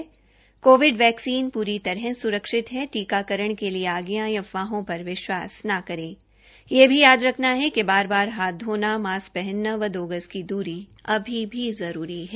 Covid vaccine पूरी तरह सुरक्षित है टीकाकरण के लिए आगे आएं अफवाहों पर विश्वास न करे यह भी याद रखना है कि बार बार हाथ धोना मास्क पहनना व दो गज की दूरी अभी भी जरूरी है